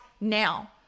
now